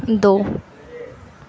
दो